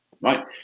right